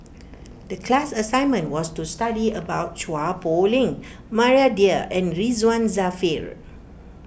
the class assignment was to study about Chua Poh Leng Maria Dyer and Ridzwan Dzafir